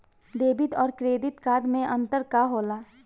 Debit और credit card मे अंतर का होला?